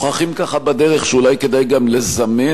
שאולי כדאי גם לזמן את אותם דיירים,